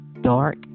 dark